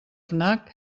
fnac